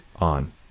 on